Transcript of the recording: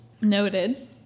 Noted